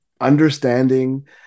understanding